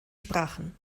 sprachen